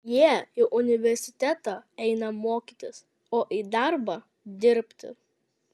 jie į universitetą eina mokytis o į darbą dirbti